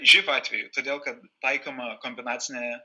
živ atveju todėl kad taikoma kombinacinė